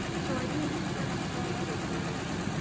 so are you an expert on fluoride or fluoridation?